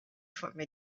forme